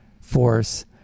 force